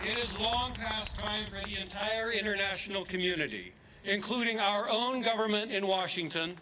your entire international community including our own government in washington